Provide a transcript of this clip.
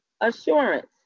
assurance